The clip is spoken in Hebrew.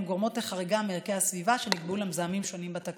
גורמות לחריגה מערכי הסביבה שנקבעו למזהמים שונים בתקנות.